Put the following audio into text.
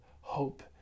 hope